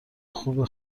خوبی